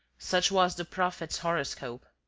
such was the prophet's horoscope.